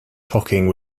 talking